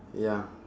ya